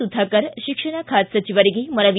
ಸುಧಾಕರ್ ಶಿಕ್ಷಣ ಖಾತೆ ಸಚಿವರಿಗೆ ಮನವಿ